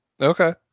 Okay